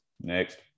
next